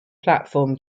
platform